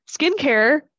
skincare